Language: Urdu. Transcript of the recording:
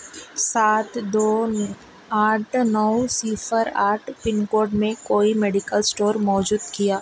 سات دو آٹھ نو صفر آٹھ پن کوڈ میں کوئی میڈیکل اسٹور موجود کیا